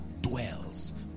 dwells